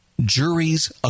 juries